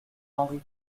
henri